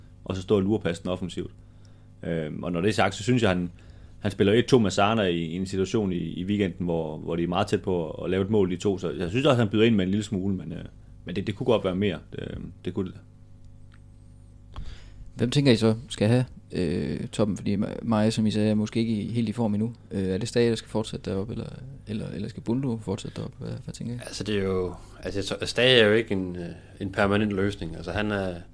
at også stå og lurepassen offensivt. Øhm, og når det er sagt, så synes jeg, han- han spiller jo et-to med Sana i- i en situation i- i weekenden, hvor- hvor de er meget tæt på at lave et mål, de to. Så jeg synes også, han byder ind med en lille smule, men, øh, men det- det kunne godt være mere. Det, øh, det kunne det. Hvem tænker I så skal have, øh, toppen? Fordi Ma- Maja, som I sagde, er måske ikke i- helt i form endnu. Øh, er det Stage, der skal fortsætte deroppe, eller- eller- eller skal Bundu fortsætte deroppe? Hvad- hvad tænker I? Altså, det er jo- altså, jeg tror, Stage er jo ikke en, øh, en permanent løsning. Altså, han er-